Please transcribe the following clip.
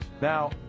Now